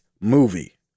movie